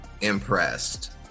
impressed